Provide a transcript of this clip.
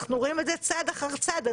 רואים את זה צעד אחר צעד.